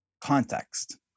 context